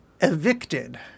Evicted